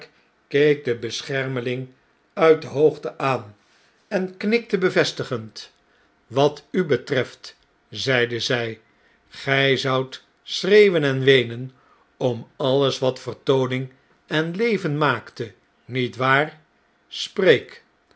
keek den beschermeling uit de hoogte aan en knikte bevestigend wat u betreft zeide zjj gtj zoudt schreeuwen en weenen om alles wat vertooning en leven maakte niet waar spreekl